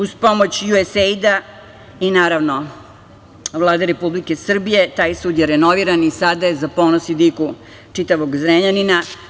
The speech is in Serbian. Uz pomoć USAD-a i naravno Vlade Republike Srbije taj sud je renoviran i sada je za ponos i diku čitavog Zrenjanina.